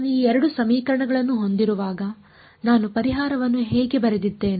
ನಾನು ಈ 2 ಸಮೀಕರಣಗಳನ್ನು ಹೊಂದಿರುವಾಗ ನಾನು ಪರಿಹಾರವನ್ನು ಹೇಗೆ ಬರೆದಿದ್ದೇನೆ